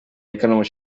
yitwa